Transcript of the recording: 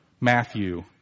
Matthew